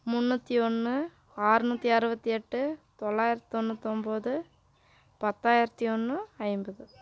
முந்நூற்றி ஒன்று ஆறுநூற்றி அறுபத்தி எட்டு தொள்ளாயிரத்தி தொண்ணூற்றி ஒம்பது பத்தாயிரத்தி ஒன்று ஐம்பது